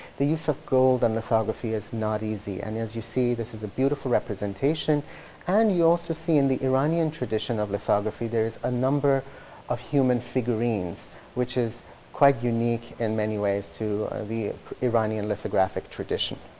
the use of gold in and lithography is not easy and as you see this is a beautiful representation and you also see in the iranian tradition of lithography, there is a number of human figurines which is quite unique in many ways to the iranian lithographic tradition.